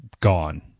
gone